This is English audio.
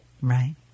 Right